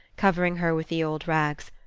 covering her with the old rags.